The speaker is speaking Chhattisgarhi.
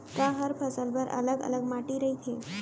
का हर फसल बर अलग अलग माटी रहिथे?